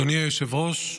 אדוני היושב-ראש,